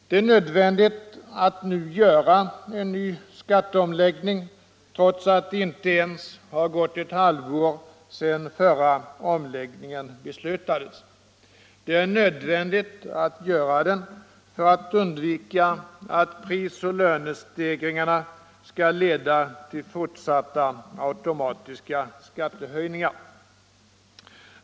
Det är nu nödvändigt att göra en ny skatteomläggning trots att det inte ens har gått ett halvt år sedan förra omläggningen beslutades. Det är nödvändigt att göra den för att undvika att pris och lönestegringarna skall leda till fortsatta automatiska skattehöjningar.